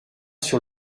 sur